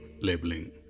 labeling